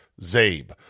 Zabe